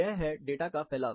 यह है डाटा का फैलाव